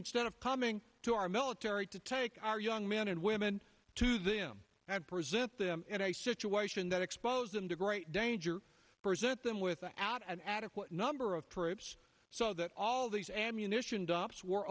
instead of coming to our military to take our young men and women to them and present them in a situation that exposed them to great danger present them without an adequate number of troops so that all these ammunition dumps were